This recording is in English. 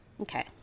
Okay